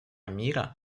мира